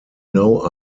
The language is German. know